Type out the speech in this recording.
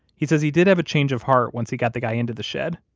he says he did have a change of heart once he got the guy into the shed,